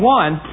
one